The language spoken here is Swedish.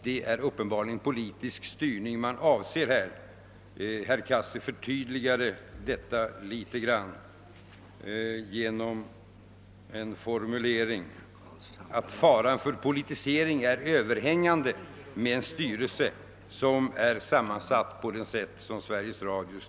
Det är uppenbarligen detta man i det här fallet avser. Herr Cassel förtydligade detta genom att säga att faran för politisering är överhängande med en styrelse som är sammansatt som Sveriges Radios.